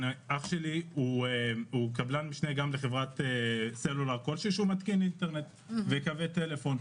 אחי הוא קבלן משנה בחברת סלולר כלשהי ומתקין אינטרנט וקווי טלפון.